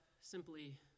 simply